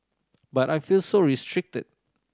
but I felt so restricted